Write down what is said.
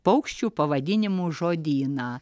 paukščių pavadinimų žodyną